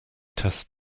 test